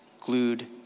glued